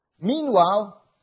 Meanwhile